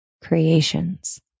creations